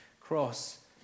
cross